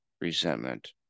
resentment